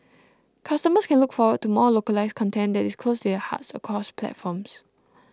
customers can look forward to more localised content that is close to their hearts across platforms